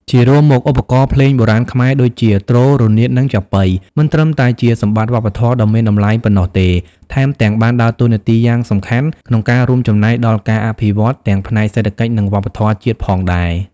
ជារួមមកឧបករណ៍ភ្លេងបុរាណខ្មែរ ដូចជា ទ្រ រនាត និងចាប៉ី មិនត្រឹមតែជាសម្បត្តិវប្បធម៌ដ៏មានតម្លៃប៉ុណ្ណោះទេ ថែមទាំងបានដើរតួនាទីយ៉ាងសំខាន់ក្នុងការរួមចំណែកដល់ការអភិវឌ្ឍទាំងផ្នែកសេដ្ឋកិច្ច និងវប្បធម៌ជាតិផងដែរ។